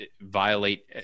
violate